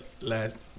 Last